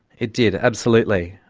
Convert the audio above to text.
it did, absolutely.